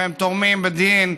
והם תורמים בדין,